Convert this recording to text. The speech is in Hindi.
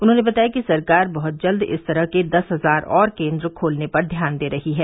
उन्होंने बताया कि सरकार बहुत जल्द इस तरह के दस हजार और केन्द्र खोलने पर ध्यान दे रही है